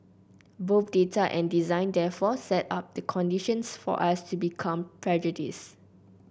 both data and design therefore set up the conditions for us to become prejudiced